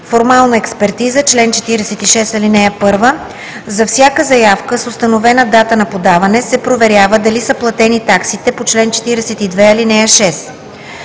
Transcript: „Формална експертиза Чл. 46. (1) За всяка заявка с установена дата на подаване се проверява дали са платени таксите по чл. 42, ал. 6.